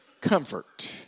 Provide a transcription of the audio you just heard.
comfort